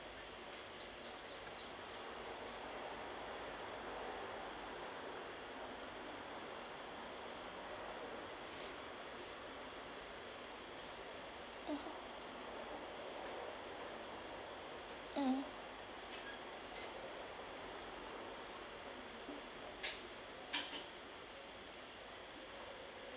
mmhmm mm